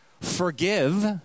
Forgive